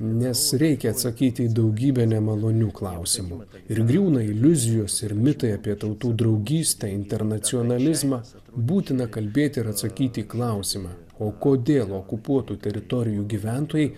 nes reikia atsakyti į daugybę nemalonių klausimų ir griūna iliuzijos ir mitai apie tautų draugystę internacionalizmą būtina kalbėti ir atsakyti į klausimą o kodėl okupuotų teritorijų gyventojai